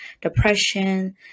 depression